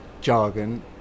jargon